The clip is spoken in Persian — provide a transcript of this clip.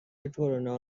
کرونا